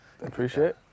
Appreciate